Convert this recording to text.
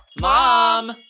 Mom